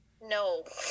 No